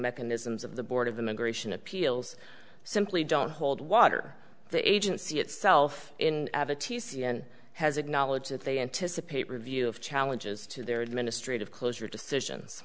mechanisms of the board of immigration appeals simply don't hold water the agency itself in the t c and has acknowledged that they anticipate review of challenges to their administrative closure decisions